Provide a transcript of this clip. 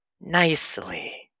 nicely